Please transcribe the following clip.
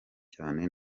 cyane